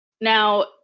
Now